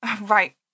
Right